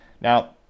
Now